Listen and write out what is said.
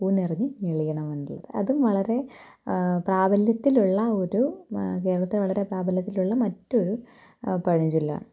കൂനറിഞ്ഞ് ഞെളിയണം എന്നുള്ളത് അതും വളരെ പ്രാബല്യത്തില് ഉള്ള ഒരു കേരളത്തില് വളരെ പ്രാബല്യത്തില് ഉള്ള മറ്റൊരു പഴഞ്ചൊല്ലാണ്